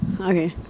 Okay